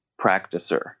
practicer